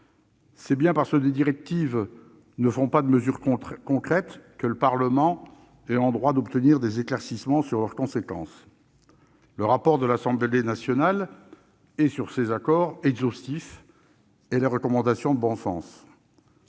C'est bien parce que des directives ne font pas de mesures concrètes que le Parlement est en droit d'obtenir des éclaircissements sur leurs conséquences. Le rapport de l'Assemblée nationale est exhaustif sur ces accords, et les recommandations formulées